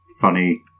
funny